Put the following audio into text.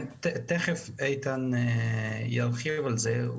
מיד איתן כסיף ירחיב על זה.